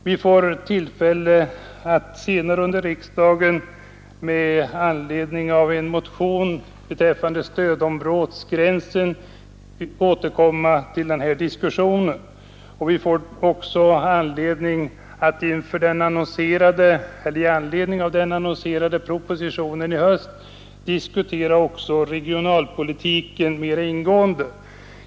Vi får tillfälle att senare under riksdagen med anledning av en motion beträffande stödområdesgränsen återkomma till den här diskussionen, och vi får också i anledning av den annonserade propositionen i höst diskutera regionalpolitiken mera ingående.